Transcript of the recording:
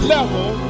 Level